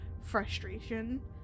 frustration